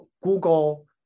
Google